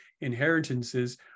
inheritances